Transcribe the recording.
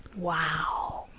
wow,